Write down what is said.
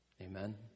Amen